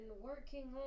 working